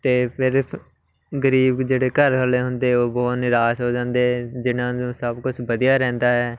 ਅਤੇ ਫਿਰ ਗਰੀਬ ਜਿਹੜੇ ਘਰ ਵਾਲੇ ਹੁੰਦੇ ਉਹ ਬਹੁਤ ਨਿਰਾਸ਼ ਹੋ ਜਾਂਦੇ ਜਿਹਨਾਂ ਨੂੰ ਸਭ ਕੁਛ ਵਧੀਆ ਰਹਿੰਦਾ ਹੈ